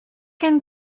can